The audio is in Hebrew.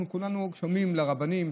אנחנו כולנו שומעים לרבנים,